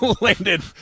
landed